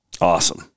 Awesome